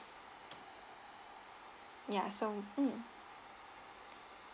ya so mm